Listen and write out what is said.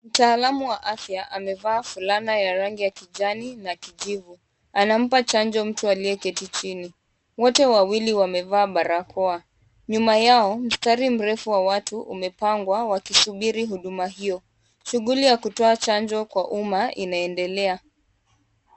Mtaalamu wa afya amevaa fulana ya rangi ya kijani na kijivu, anampa chanjo mtu aliyeketi chini, wote wawili wamevaa barakoa . Nyuma yao mstari mrefu wa watu umepangwa wakisubiri huduma hio. Shughuli ya kutoa chanjo kwa umma inaendelea.